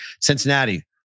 Cincinnati